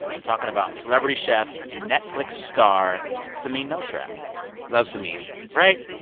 i'm talking about celebrity chef, netflix star samin nosrat love samin right?